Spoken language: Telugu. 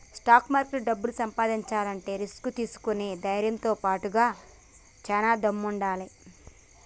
స్టాక్ మార్కెట్లో డబ్బు సంపాదించాలంటే రిస్క్ తీసుకునే ధైర్నంతో బాటుగా చానా దమ్ముండాలే